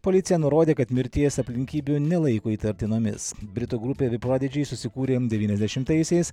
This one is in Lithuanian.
policija nurodė kad mirties aplinkybių nelaiko įtartinomis britų grupė de prodidži susikūrė devyniasdešimtaisiais